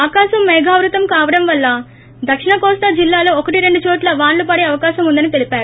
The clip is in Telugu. ఆకాశం మేఘావృతం కావడం వల్ల దక్షిణ కోస్తా జిల్లాల్లో ఒకటి రెండు చోట్ల వానలు పడే అవకాశం ఉందని తెలిపారు